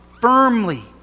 firmly